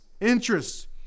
interest